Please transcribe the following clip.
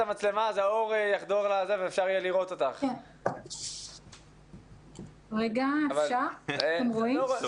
לאות בהחזרת הספורט על פי מתווים מסודרים